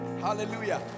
Hallelujah